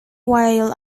while